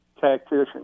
tactician